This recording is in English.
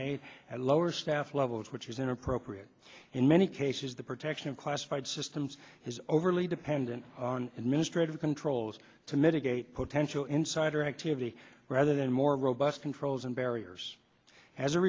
made at lower staff levels which is inappropriate in many cases the protection of classified systems is overly dependent on administrative controls to mitigate potential insider activity rather than more robust controls and barriers as a